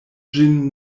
ĝin